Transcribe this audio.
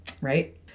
right